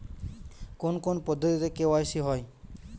কোন কোন পদ্ধতিতে কে.ওয়াই.সি হয়?